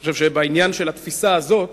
אני חושב שבעניין התפיסה הזאת